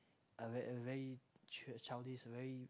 uh very childish very